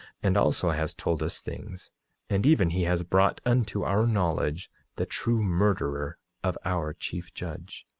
and also has told us things and even he has brought unto our knowledge the true murderer of our chief judge.